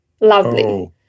Lovely